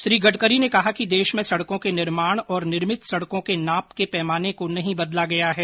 उन्होंने कहा कि देश में सडकों के निर्माण और निर्मित सडकों के नाप के पैमाने को नहीं बदला गया है